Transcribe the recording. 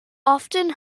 often